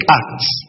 acts